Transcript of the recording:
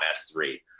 S3